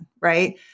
Right